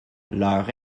leur